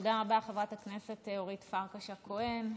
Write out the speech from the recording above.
תודה רבה, חברת הכנסת אורית פרקש הכהן.